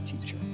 Teacher